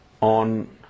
on